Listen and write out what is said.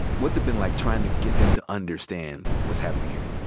what's it been like trying to get them to understand what's happening here?